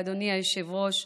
אדוני היושב-ראש,